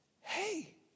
hey